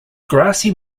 grassy